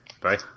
Bye